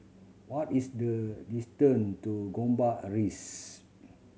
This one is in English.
what is the distance to Gombak Rise